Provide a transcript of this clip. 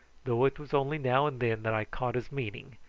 though it was only now and then that i caught his meaning,